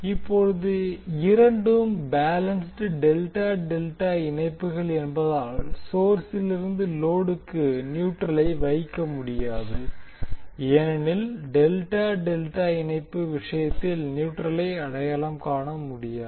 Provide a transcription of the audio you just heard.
இப்போது இரண்டும் balanced delta delta இணைப்புகள் என்பதால் சோர்ஸிலிருந்து லொடுக்கு நியூட்ரலை வைக்க முடியாது ஏனெனில் டெல்டா டெல்டா இணைப்பு விஷயத்தில் நியூட்ரலை அடையாளம் காண முடியாது